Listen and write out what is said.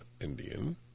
Indian